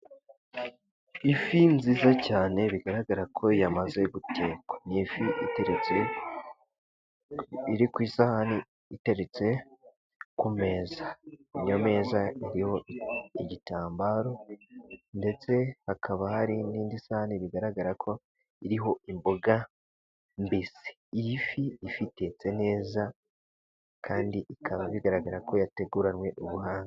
Ifi nziza cyane bigaragara ko yamaze gutekwa, n'ifi iteretse iri ku isahani itetse ku meza, iyo meza iriho igitambaro ndetse hakaba hari n'indi sahani bigaragara ko iriho imboga mbisi, iy'ifi itetse neza kandi bikaba bigaragara ko yateguranywe ubuhanga.